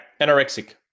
Anorexic